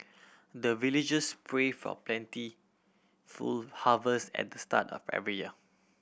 the villagers pray for plentiful harvest at the start of every year